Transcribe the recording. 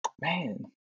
Man